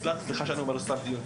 סליחה שאני אומר ׳סתם׳ דיון.